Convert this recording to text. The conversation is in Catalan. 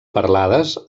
parlades